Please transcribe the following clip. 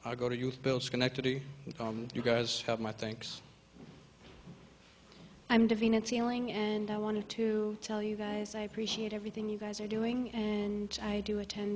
i go to you bill schenectady you guys have my thanks i'm giving it's healing and i wanted to tell you guys i appreciate everything you guys are doing and i do atten